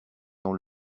dans